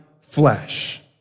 flesh